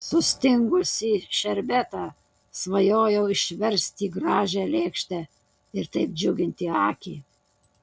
sustingusį šerbetą svajojau išversti į gražią lėkštę ir taip džiuginti akį